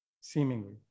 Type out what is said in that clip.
seemingly